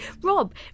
Rob